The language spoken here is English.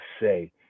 say